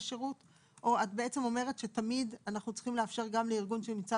שירות או את בעצם אומרת שתמיד אנחנו צריכים לאפשר גם לארגון שנמצא